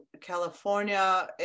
California